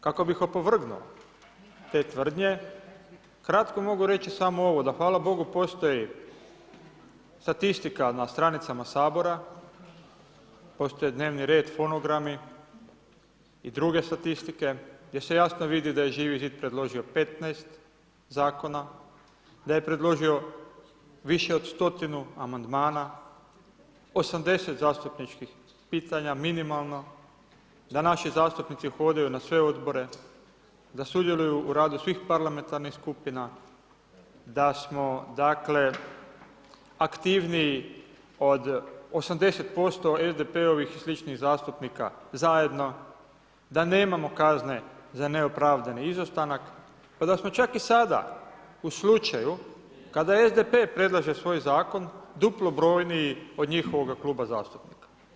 Kako bih opovrgnuo te tvrdnje, kratko mogu reći samo ovo, da hvala Bogu postoji statistika na stranicama Sabora, postoji dnevni red, fonogrami i druge statistike gdje se jasno vidi da živi zid predložio 15 zakona, da je predložio više od stotinu amandmana, 80 zastupničkih pitanja minimalno, da naši zastupnici hodaju na sve odbore, da sudjeluju u radu svih parlamentarnih skupina, da smo dakle, aktivniji od 80% SDP-ovih i sličnih zastupnika zajedno, da nemamo kazne za neopravdane izostanke, da smo čak i sada u slučaju kada SDP predlaže svoj zakon duplo brojniji od njihovog kluba zastupnika.